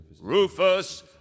Rufus